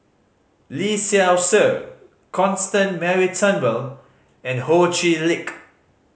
Lee Seow Ser Constance Mary Turnbull and Ho Chee Lick